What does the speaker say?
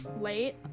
late